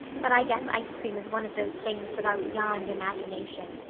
but i guess ice cream is one of those things that are beyond imagination.